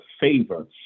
favor